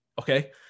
okay